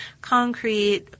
concrete